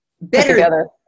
better